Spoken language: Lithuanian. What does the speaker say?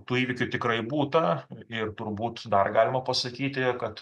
tų įvykių tikrai būta ir turbūt dar galima pasakyti kad